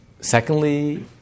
Secondly